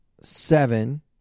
seven